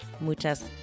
Muchas